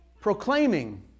Proclaiming